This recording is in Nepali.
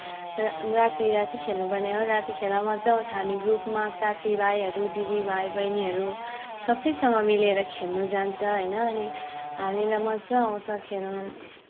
रातिराति खेल्नु पर्ने हो राति खेल्न मजा आउँछ हामी ग्रुपमा साथीभाइहरू दिदी भाइ बहिनीहरू सबैसँग मिलेर खेल्न जान्छ होइन अनि हामीलाई मजा आउँछ खेल्न